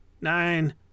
nine